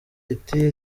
iti